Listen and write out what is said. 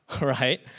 Right